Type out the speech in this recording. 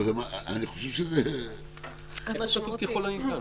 אבל אני חושב שזה --- איפה כתוב ככל הניתן?